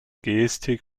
gestik